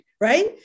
right